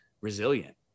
resilient